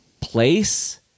place